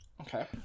okay